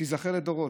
שתיזכר לדורות.